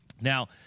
Now